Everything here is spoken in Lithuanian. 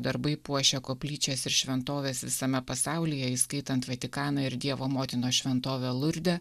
darbai puošia koplyčias ir šventoves visame pasaulyje įskaitant vatikaną ir dievo motinos šventovę lurde